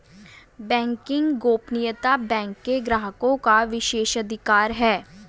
banking गोपनीयता bank के ग्राहकों का विशेषाधिकार है